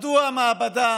מדוע מעבדה